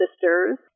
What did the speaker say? sisters